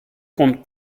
compte